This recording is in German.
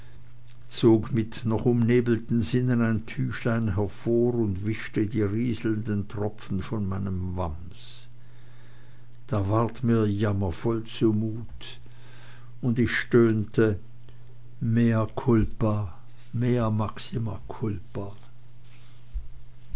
zog mit noch umnebelten sinnen ein tüchlein hervor und wischte die rieselnden tropfen von meinem wams da ward mir jammervoll zumute und ich stöhnte mea culpa mea maxima